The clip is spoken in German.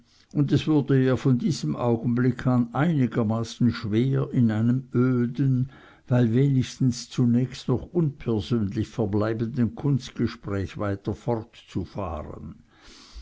und es wurde ihr von diesem augenblick an einigermaßen schwer in einem öden weil wenigstens zunächst noch unpersönlich verbleibenden kunstgespräch weiter fortzufahren